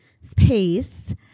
space